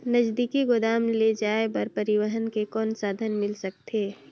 नजदीकी गोदाम ले जाय बर परिवहन के कौन साधन मिल सकथे?